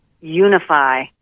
unify